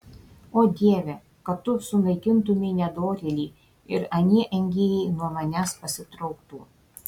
o dieve kad tu sunaikintumei nedorėlį ir anie engėjai nuo manęs pasitrauktų